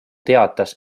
teatas